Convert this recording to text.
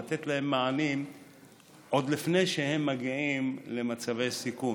לתת להם מענים עוד לפני שהם מגיעים למצבי סיכון.